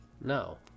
No